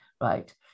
right